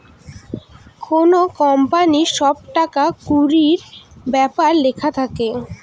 কোনো কোম্পানির সব টাকা কুড়ির ব্যাপার লেখা থাকে